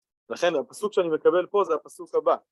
לכן הפסוק שאני מקבל פה זה הפסוק הבא